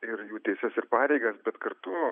ir jų teises ir pareigas bet kartu